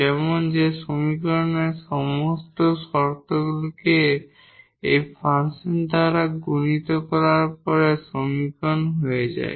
যেমন যে সমীকরণের সমস্ত শর্তগুলিকে এই ফাংশন দ্বারা গুণিত করার পরে সমীকরণ হয়ে যায়